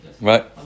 Right